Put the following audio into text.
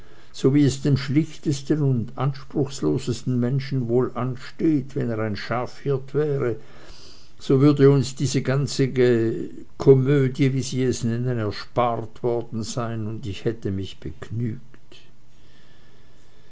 so wie es dem schlichtesten und anspruchlosesten menschen wohl ansteht und wenn er ein schafhirt wäre so würde uns diese ganze komödie wie sie es nennen erspart worden sein und ich hätte mich begnügt